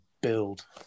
build